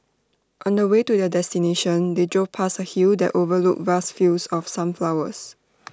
on the way to their destination they drove past A hill that overlooked vast fields of sunflowers